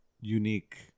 unique